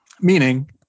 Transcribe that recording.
Meaning